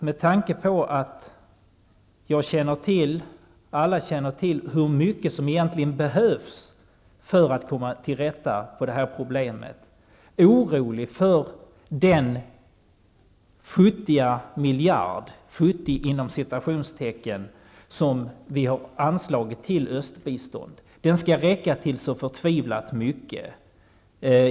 Eftersom alla känner till hur mycket som behövs för att komma till rätta med detta problem blev jag också orolig för den ''futtiga'' miljard som vi har anslagit till östbistånd. Den skall räcka till så förtvivlat mycket.